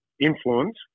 influence